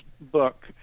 book